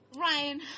Ryan